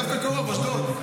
אני דווקא קרוב, אשדוד.